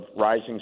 rising